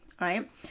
right